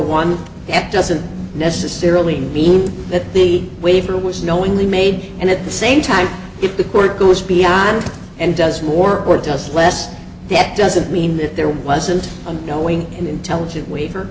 it doesn't necessarily mean that the waiver was knowingly made and at the same time if the court goes beyond and does war or does less that doesn't mean that there wasn't a knowing and intelligent waiver